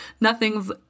nothing's